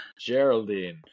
geraldine